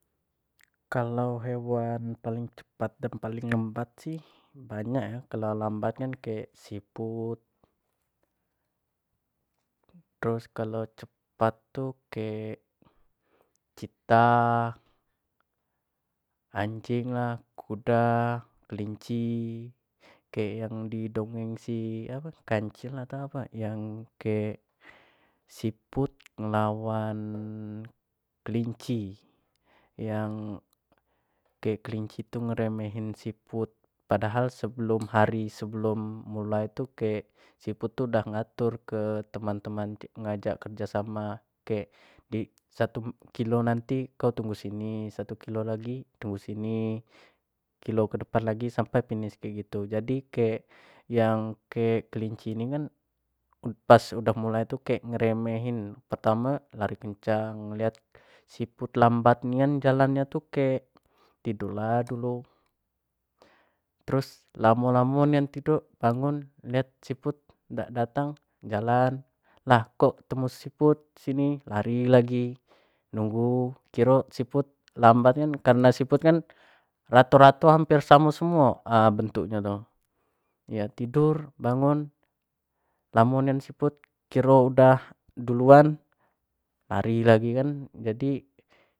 Kalau hewan yang paling cepat dan paling lambat sih banyak yo kalau lambat kan kek siput terus kalau cepat tu kek citah, anjing lah kuda kelinci kek yang di dongeng si kancil atau apa, siput lawan kelinci yang kek kelinci tu ngeremehin siput, padahal sebelum hari sebelum mulai tu siput tu lah ngato ke teman- teman ngajak kerja samo kek satu kilo nanti kau tunggu sini, satu kilo lagi kau tunggu sini kilo ke depan lagi sampai finish jadi kek yang kek kelinci ni kan pas baru mulai tu kan kek ngeremehin, pertama lari kencang liat siput lambat nian jalan nyo tu kek tidur lah dulu terus lamo-lamo nian tidur bangun lait siput dak dating jalan lah kok ketemu siput sin lar8i lagi nunggu kiro siput lambat nian karena siput kan rato-rato hamper samo semuo brntuk nyo tu, tidur bangun lamo nian siput kiro lah duluan lari lagi kan, nah jadi.